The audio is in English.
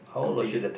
completed